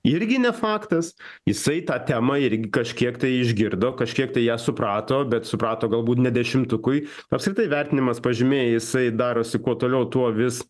irgi ne faktas jisai tą temą irgi kažkiek tai išgirdo kažkiek tai ją suprato bet suprato galbūt ne dešimtukui apskritai vertinimas pažymiais jisai darosi kuo toliau tuo vis